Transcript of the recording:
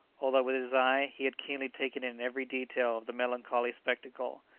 although with his eye he had keenly taken in every detail of the melancholy spectacle,